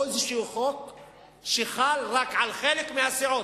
או חוק שחל רק על חלק מהסיעות.